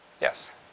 Yes